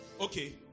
okay